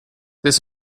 this